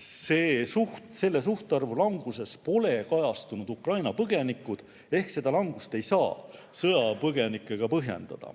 selle suhtarvu languses pole kajastunud Ukraina põgenikud ehk seda langust ei saa sõjapõgenikega põhjendada.